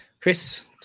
Chris